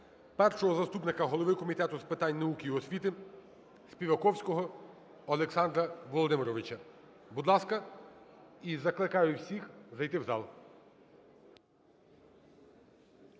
першого заступника голови Комітету з питань науки і освіти Співаковського Олександра Володимировича. Будь ласка. І закликаю всіх зайти в зал.